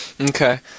Okay